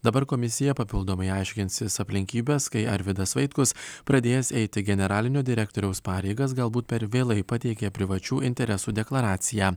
dabar komisija papildomai aiškinsis aplinkybes kai arvydas vaitkus pradėjęs eiti generalinio direktoriaus pareigas galbūt per vėlai pateikė privačių interesų deklaraciją